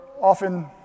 often